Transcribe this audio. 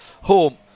home